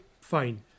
fine